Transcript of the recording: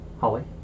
Holly